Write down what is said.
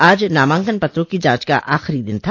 आज नामांकन पत्रों की जाच का आखिरी दिन था